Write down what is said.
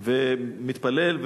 ומתפלל.